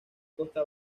costa